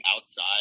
outside